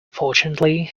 fortunately